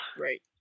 Right